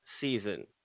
season